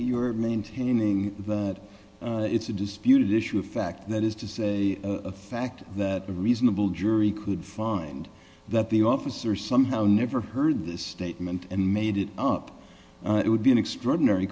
you're maintaining that it's a disputed issue of fact that is to say the fact that a reasonable jury could find that the officer somehow never heard this statement and made it up it would be an extraordinary